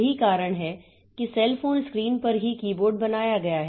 यही कारण है कि सेल फोन स्क्रीन पर ही कीबोर्ड बनाया गया है